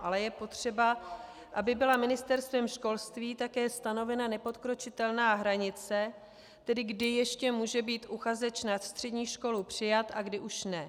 Ale je potřeba, aby byla Ministerstvem školství také stanovena nepodkročitelná hranice, tedy kdy ještě může být uchazeč na střední školu přijat a kdy už ne.